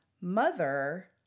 mother